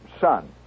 son